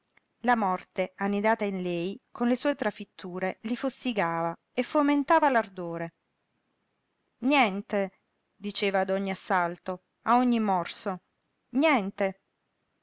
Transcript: la morte annidata in lei con le sue trafitture li fustigava e fomentava l'ardore niente diceva a ogni assalto a ogni morso niente